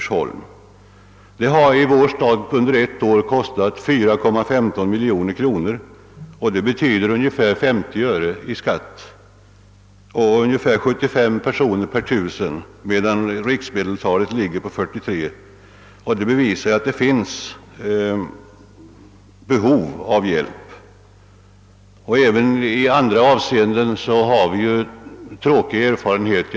Socialhjälpen i vår stad har under ett år kostat 4,15 miljoner kronor, och det betyder ungefär 50 öre i skatt. Antalet fall är 75 per 1000, medan riksmedeltalet ligger på 43. Detta bevisar att det finns behov av hjälp. Även i andra avseenden har vi tråkiga erfarenheter.